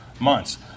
months